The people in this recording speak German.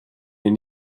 den